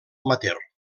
amateur